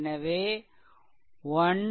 எனவே 1 i1 i2